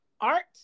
art